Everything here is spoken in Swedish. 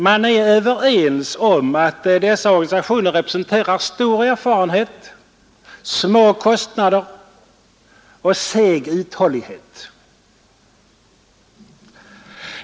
Man är överens om att dessa organisationer representerar stor erfarenhet, små kostnader och seg uthållighet.